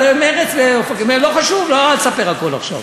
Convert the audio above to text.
מרציאנו סיפר, לא חשוב, לא נספר הכול עכשיו.